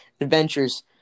adventures